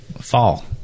fall